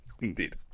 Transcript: Indeed